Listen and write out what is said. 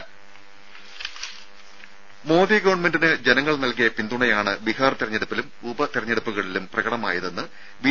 രുഭ മോദി ഗവൺമെന്റിന് ജനങ്ങൾ നൽകിയ പിന്തുണയാണ് ബീഹാർ തെരഞ്ഞെടുപ്പിലും ഉപ തെരഞ്ഞെടുപ്പുകളിലും പ്രകടമായതെന്ന് ബി